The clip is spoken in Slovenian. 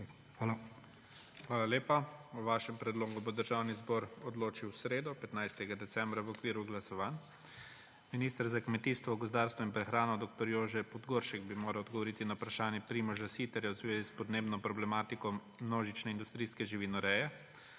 ZORČIČ: Hvala lepa. O vašem predlogu bo Državni zbor odločil v sredo, 15. decembra, v okviru glasovanj. Minister za kmetijstvo, gozdarstvo in prehrano dr. Podgoršek bi moral odgovoriti na vprašanje Primoža Siterja v zvezi s podnebno problematiko množične industrijske živinoreje,